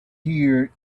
here